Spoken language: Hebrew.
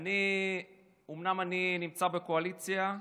אומנם אני נמצא בקואליציה,